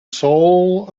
soul